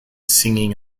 singing